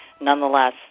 Nonetheless